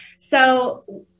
So-